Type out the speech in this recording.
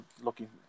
looking